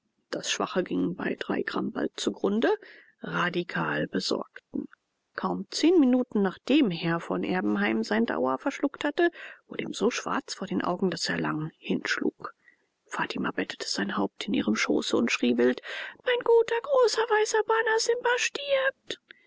das schwache ging bei drei gramm bald zugrunde radikal besorgten kaum zehn minuten nachdem herr von erbenheim seine daua verschluckt hatte wurde ihm so schwarz vor den augen daß er lang hinschlug fatima bettete sein haupt in ihrem schoße und schrie wild mein guter großer weißer bana simba stirbt